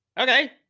okay